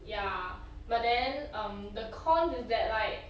ya but then um the con is that like